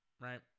Right